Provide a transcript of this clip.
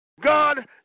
God